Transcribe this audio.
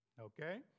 Okay